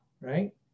Right